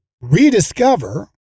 rediscover